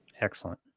Excellent